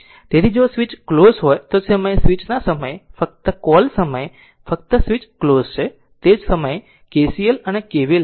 તેથી જો switch close હોય તે સમયે આ સ્વીચના સમયે ફક્ત કોલ સમયે ફક્ત સ્વીચ ક્લોઝ છે તે સમયે KCL અને KVL લાગુ કરો